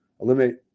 eliminate